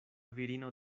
virino